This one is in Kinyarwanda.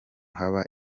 haba